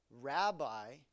Rabbi